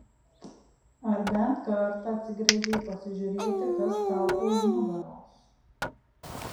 ar bent kartą atsigręžei pasižiūrėti kas tau už nugaros